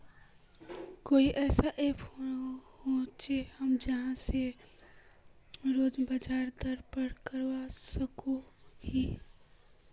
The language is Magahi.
कोई ऐसा ऐप होचे जहा से रोज बाजार दर पता करवा सकोहो ही?